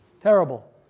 Terrible